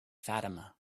fatima